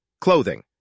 Clothing